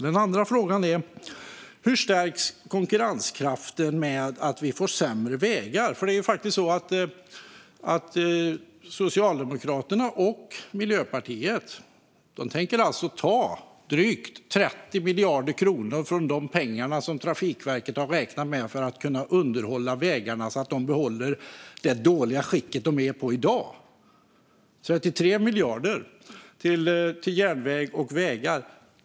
Den andra frågan gäller hur konkurrenskraften stärks genom att vi får sämre vägar. Socialdemokraterna och Miljöpartiet tänker alltså ta drygt 30 miljarder kronor av de pengar som Trafikverket har räknat med för att kunna underhålla vägarna och behålla dem i det dåliga skick som de är i i dag. 33 miljarder skulle gå till vägar och järnvägar.